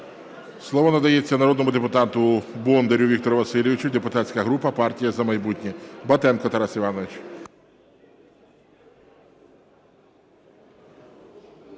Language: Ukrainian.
Слово надається народному депутату Бондару Віктору Васильовичу, депутатська група "Партія "За майбутнє". Батенко Тарас Іванович.